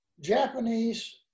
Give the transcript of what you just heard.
Japanese